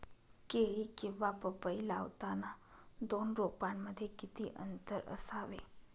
केळी किंवा पपई लावताना दोन रोपांमध्ये किती अंतर असावे?